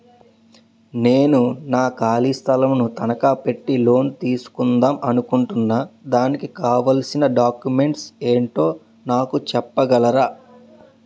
నేను నా ఖాళీ స్థలం ను తనకా పెట్టి లోన్ తీసుకుందాం అనుకుంటున్నా దానికి కావాల్సిన డాక్యుమెంట్స్ ఏంటో నాకు చెప్పగలరా?